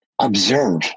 observe